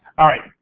alright,